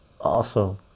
Awesome